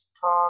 talk